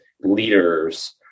leaders